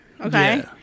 Okay